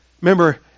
Remember